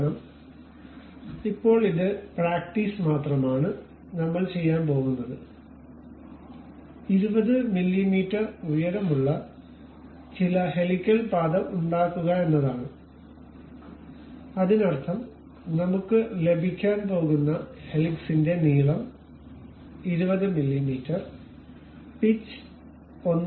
കാരണം ഇപ്പോൾ ഇത് പ്രാക്ടീസ് മാത്രമാണ് നമ്മൾ ചെയ്യാൻ പോകുന്നത് 20 മില്ലീമീറ്റർ ഉയരമുള്ള ചില ഹെലിക്കൽ പാത ഉണ്ടാക്കുക എന്നതാണ് അതിനർത്ഥം നമുക്ക് ലഭിക്കാൻ പോകുന്ന ഹെലിക്സിന്റെ നീളം 20 മില്ലീമീറ്റർ പിച്ച് 1